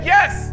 Yes